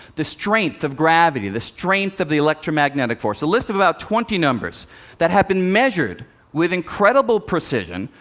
the strength of gravity, the strength of the electromagnetic force a list of about twenty numbers that have been measured with incredible precision,